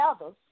others